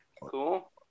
Cool